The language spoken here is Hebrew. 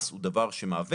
מס הוא דבר שמעוות,